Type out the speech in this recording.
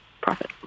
profit